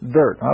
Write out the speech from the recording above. dirt